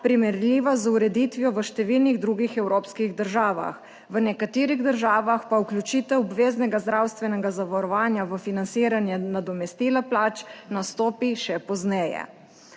primerljiva z ureditvijo v številnih drugih evropskih državah, v nekaterih državah pa vključitev obveznega zdravstvenega zavarovanja v financiranje nadomestila plač nastopi še pozneje.